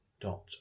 dot